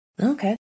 Okay